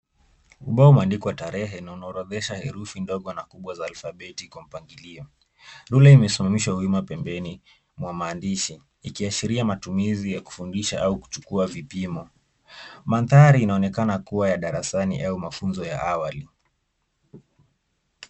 Ubao umeandikwa tarehe na unaorodhesha herufi ndogo na kubwa za alfabeti kwa mpangilio. Rula imesimamishwa wima pembeni mwa maandishi ikiashiria matumizi ya kufundisha au kuchukua vipimo. Mandhari inaonekana kua ya darasani au mafunzo ya awali.